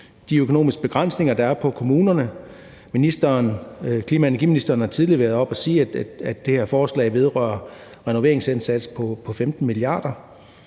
de økonomiske begrænsninger, der er på kommunerne. Klima-, energi- og forsyningsministeren har tidligere været oppe at sige, at det her forslag vedrører en renoveringsindsats på 15 mia. kr.